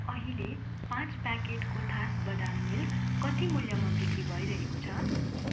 अहिले पाँच प्याकेट कोथास बादाम मिल्क कति मूल्यमा बिक्री भइरहेको छ